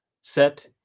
set